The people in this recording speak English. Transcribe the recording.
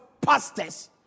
pastors